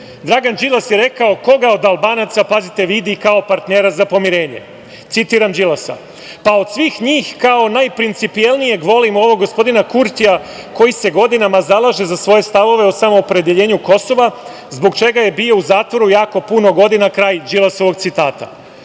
Dragan Đilas je rekao koga od Albanaca, pazite, vidi kao partnera za pomirenje. Citiram Đilasa: „Od svih njih, kao najprincipijelnijeg, volim ovog gospodina Kurtija koji se godinama zalaže za svoje stavove o samoopredeljenju Kosova, a zbog čega je bio u zatvoru jako puno godina“, kraj Đilasovog citata.